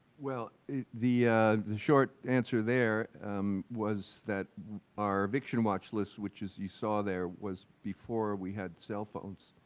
well the the short answer there was that our eviction watch list, which is you saw there, was before we had cell phones.